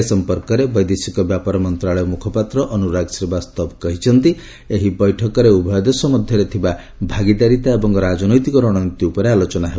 ଏ ସଫପର୍କରେ ବୈଦେଶିକ ବ୍ୟାପାର ମନ୍ତ୍ରାଳୟ ମୁଖପାତ୍ର ଅନୁରାଗ ଶ୍ରୀବାସ୍ତବ କହିଛନ୍ତି ଏହି ବୈଠକରେ ଉଭୟ ଦେଶ ମଧ୍ୟରେ ଥିବା ଭାଗିଦାରିତା ଏବଂ ରାଜନୈତିକ ରଣନୀତି ଉପରେ ଆଲୋଚନା ହେବ